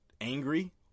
angry